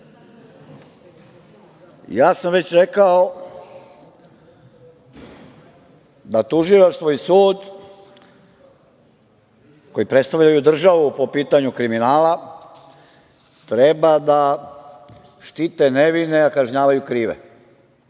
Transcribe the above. sam već rekao da tužilaštvo i sud, koji predstavljaju državu po pitanju kriminala treba da štite nevine, a kažnjavaju krive.